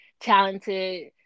talented